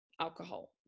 alcohol